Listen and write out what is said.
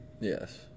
Yes